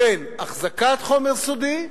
בין החזקת חומר סודי,